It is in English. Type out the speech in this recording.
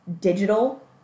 digital